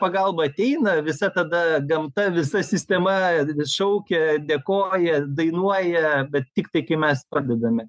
pagalba ateina visa tada gamta visa sistema šaukia dėkoja dainuoja bet tiktai kai mes padedame